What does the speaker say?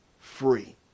free